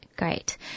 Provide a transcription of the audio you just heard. Great